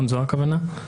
זו הכוונה?